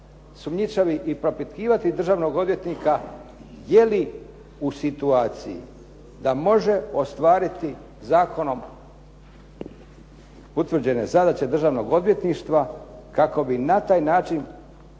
sumnjičavi i propitkivati državnog odvjetnika je li u situaciji da može ostvariti zakonom utvrđene zadaće Državnog odvjetništva kako bi na taj način